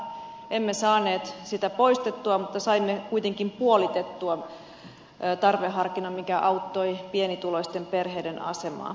emme saaneet tarveharkintaa poistettua mutta saimme sen kuitenkin puolitettua mikä auttoi pienituloisten perheiden asemaa